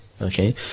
Okay